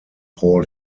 paul